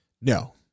No